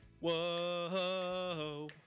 Whoa